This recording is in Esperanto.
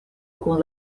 kun